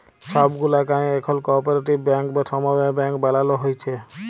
ছব গুলা গায়েঁ এখল কপারেটিভ ব্যাংক বা সমবায় ব্যাংক বালালো হ্যয়েছে